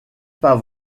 pas